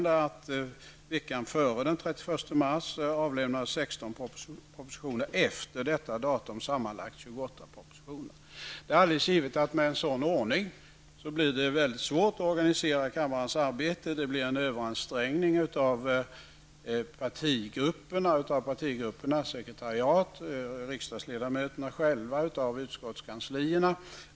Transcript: Veckan före den 31 mars avlämnades 16 propositioner och efter detta datum sammanlagt 28 propositioner. Det är givet att med en sådan ordning blir det väldigt svårt att organisera kammarens arbete. Partigrupperna, partigruppernas sekretariat, riksdagsledamöterna och utskottskanslierna blir överansträngda.